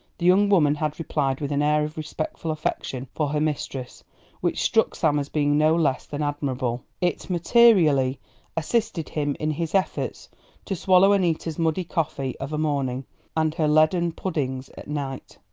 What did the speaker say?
the young woman had replied with an air of respectful affection for her mistress which struck sam as being no less than admirable. it materially assisted him in his efforts to swallow annita's muddy coffee of a morning and her leaden puddings at night.